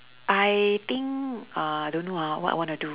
I think uh don't know ah what I want to do